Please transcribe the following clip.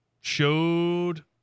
showed